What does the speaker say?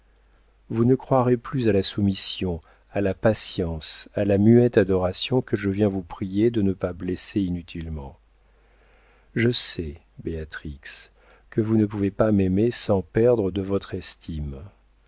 vous ne croirez plus à la soumission à la patience à la muette adoration que je viens vous prier de ne pas blesser inutilement je sais béatrix que vous ne pouvez m'aimer sans perdre de votre propre estime